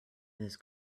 his